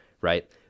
right